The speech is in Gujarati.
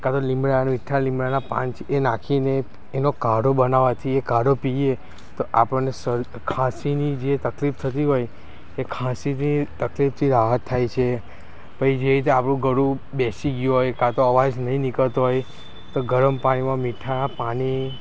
કાંતો લીમડા મીઠા લીમડાના પાન છે એ નાખીને એનો કાઢો બનાવાથી એ કાઢો પીએ તો આપણને સર ખાંસીની જે તકલીફ થતી હોય એ ખાંસીથી તકલીફથી રાહત થાય છે પછી જે રીતે આપણું ગળું બેસી ગયું હોય કાં તો અવાજ નહથી નીકળતો હોય તો ગરમ પાણીમાં મીઠા પાણી